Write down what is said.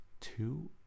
two